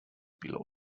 below